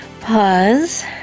pause